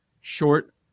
short